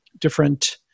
different